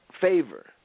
favor